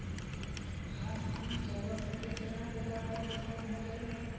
घास फूस जानवरन के चरा देहले पर भी कम हो जाला